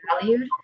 valued